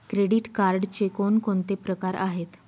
Credit कार्डचे कोणकोणते प्रकार आहेत?